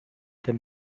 than